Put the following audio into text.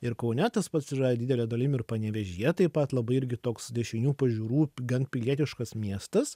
ir kaune tas pats yra didele dalim ir panevėžyje taip pat labai irgi toks dešinių pažiūrų gan pilietiškas miestas